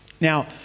Now